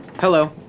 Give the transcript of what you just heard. Hello